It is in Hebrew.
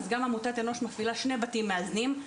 אז גם עמותת "אנוש" מפעילה שני בתים מאזנים: